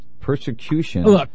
persecution